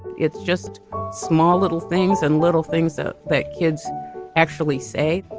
it's just small little things and little things that that kids actually say,